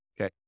Okay